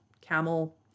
camel